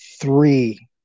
three